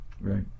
Right